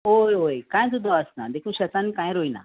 ओय ओय कांय सुद्दां आसना देखू शेतसान कांय रोयना